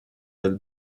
del